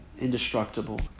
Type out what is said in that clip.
indestructible